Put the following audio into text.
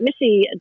Missy